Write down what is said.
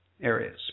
areas